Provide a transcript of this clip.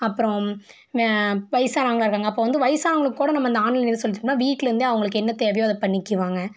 அப்புறம் வயதானவங்களா இருக்காங்க அப்போது வந்து வயதானவங்களுக் கூட நம்ம இந்த ஆன்லைன் வந்து சொல்லி தந்தால் வீட்லருந்தே அவங்களுக்கு என்ன தேவையோ அதை பண்ணிக்குவாங்க